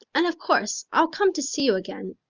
and of course i'll come to see you again.